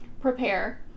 prepare